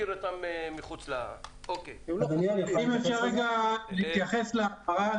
האם אפשר להתייחס להפרה